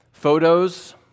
Photos